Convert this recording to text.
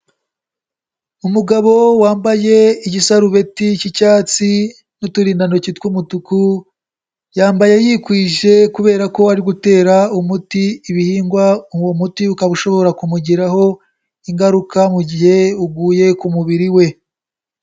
Umugabo wambaye igisarubeti k'icyatsi n'uturindantoki tw'umutuku, yambaye yikwije kubera ko ari gutera umuti ibihingwa, uwo muti ukaba ushobora kumugiraho ingaruka mu gihe uguye ku mubiri we.